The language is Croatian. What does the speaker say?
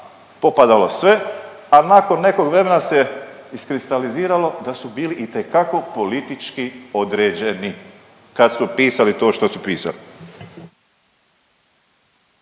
popadalo sve, a nakon nekog vremena se iskristalizirano da su bili itekako politički određeni kad su pisali to što su pisali.